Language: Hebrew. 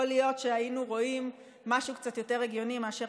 יכול להיות שהיינו רואים משהו קצת יותר הגיוני מאשר